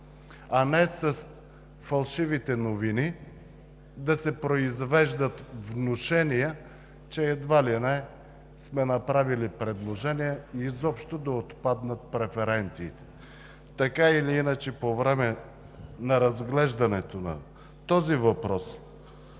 а не с фалшиви новини да се произвеждат внушения, че едва ли не сме направили предложение изобщо да отпаднат преференциите. Така или иначе, по време на разглеждането на този въпрос